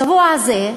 השבוע הזה,